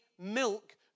milk